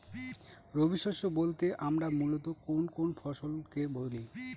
রবি শস্য বলতে আমরা মূলত কোন কোন ফসল কে বলি?